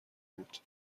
بود